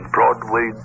Broadway